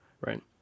Right